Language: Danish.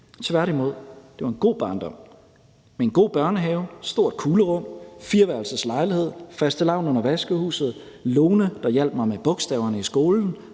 Tværtimod var det en god barndom: en god børnehave, stort kuglerum, fireværelseslejlighed og fastelavn under vaskehuset. Der var Lone, der hjalp mig med bogstaverne i skolen,